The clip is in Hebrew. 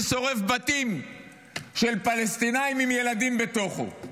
גם למי ששורף בתים של פלסטינים עם ילדים בתוכם,